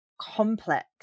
complex